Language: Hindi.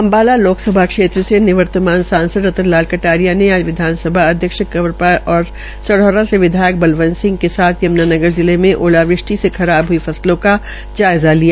अम्बाला लोकसभा क्षेत्र से निवर्तमान सांसद रतन लाल कटारिया ने आज विधानसभा अध्यक्ष कंवर पाल और सौरा से विधायक बलवंत सिंह के साथ यम्नानगर जिले में आलोवृष्टि से खराब हुई फसलों का जायज़ा लिया